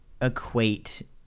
equate